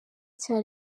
cya